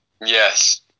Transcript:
Yes